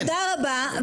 תודה רבה.